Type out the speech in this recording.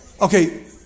okay